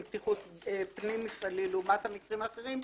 בטיחות פנים מפעלי לעומת המקרים האחרים,